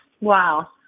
Wow